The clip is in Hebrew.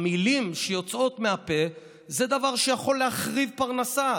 המילים שיוצאות מהפה, זה דבר שיכול להחריב פרנסה.